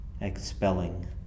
expelling